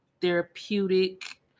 therapeutic